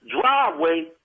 driveway